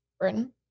Britain